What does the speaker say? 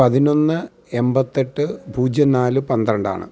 പതിനൊന്ന് എൺപത്തി എട്ട് പൂജ്യം നാല് പന്ത്രണ്ട് ആണ്